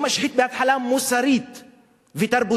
הוא משחית בהתחלה מוסרית ותרבותית,